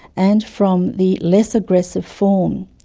and from the less aggressive form.